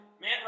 Man